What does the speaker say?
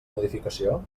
modificació